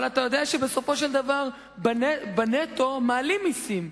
אבל אתה יודע שבסופו של דבר בנטו מעלים מסים,